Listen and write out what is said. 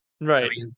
Right